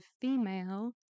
female